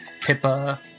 Pippa